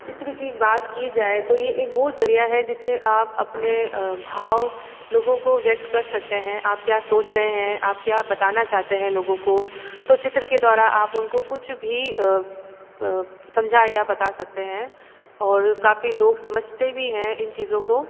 चित्र की बात की जाए तो ये एक वो ज़रिया है जिससे आप अपने भाव लोगों को व्यक्त कर सकते हैं आप क्या सोच रहे हैं आप क्या बताना चाहते हैं लोगों को तो चित्र द्वारा आप उनको कुछ भी समझा या बता सकते हैं और काफ़ी लोग समझते भी हैं इन चीज़ों को